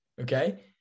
Okay